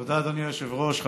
היושב-ראש.